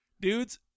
dudes